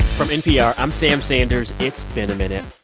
from npr, i'm sam sanders. it's been a minute.